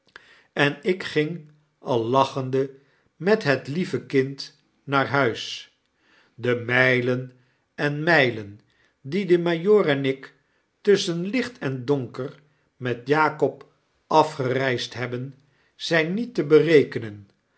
en ik ging al lachende met het lieve kind naar huis de mijlen en mijlen die de majoor en ik tusschen licht en donker met jakob afgereisd hebben zijn niet te berekenen